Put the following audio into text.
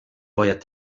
باید